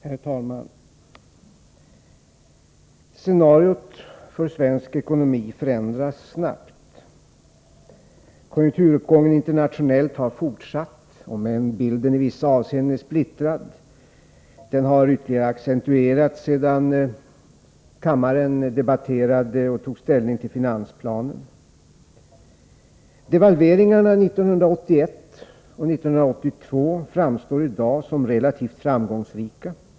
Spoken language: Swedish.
Herr talman! Scenariot för svensk ekonomi förändras snabbt. Den internationella konjunkturuppgången har fortsatt trots att bilden i vissa avseenden är splittrad. Den har ytterligare accentuerats sedan kammaren tog ställning till finansplanen. Devalveringarna 1981 och 1982 framstår i dag som relativt framgångsrika.